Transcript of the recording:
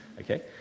okay